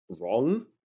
wrong